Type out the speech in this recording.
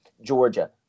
Georgia